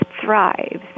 thrives